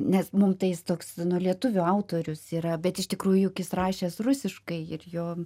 nes mum tai jis toks nu lietuvių autorius yra bet iš tikrųjų juk jis rašęs rusiškai ir jo